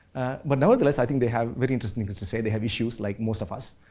but nevertheless, i think they have very interesting things to say, they have issues like most of us.